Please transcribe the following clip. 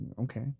okay